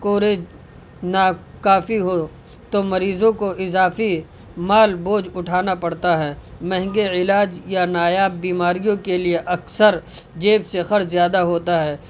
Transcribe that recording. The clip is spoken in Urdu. کوریج ناکافی ہو تو مریضوں کو اضافی مال بوجھ اٹھانا پڑتا ہے مہنگے علاج یا نایاب بیماریوں کے لیے اکثر جیب سے خرچ زیادہ ہوتا ہے